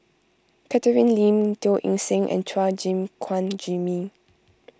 Catherine Lim Teo Eng Seng and Chua Gim Guan Jimmy